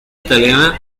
italiana